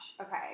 Okay